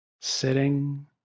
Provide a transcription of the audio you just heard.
sitting